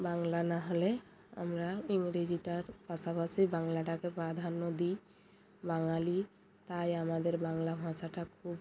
বাংলা না হলে আমরা ইংরেজিটার পাশাপাশি বাংলাটাকে প্রাধান্য দিই বাঙালি তাই আমাদের বাংলা ভাষাটা খুব